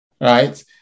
right